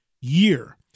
year